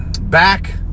back